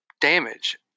damage